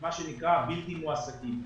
מה שנקרא בלתי מועסקים.